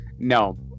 no